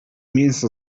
mięsa